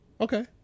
Okay